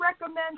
recommend